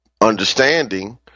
understanding